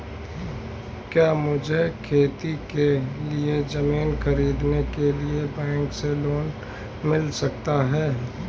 क्या मुझे खेती के लिए ज़मीन खरीदने के लिए बैंक से लोन मिल सकता है?